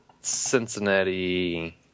Cincinnati